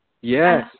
Yes